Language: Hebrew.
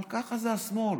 אבל ככה זה השמאל.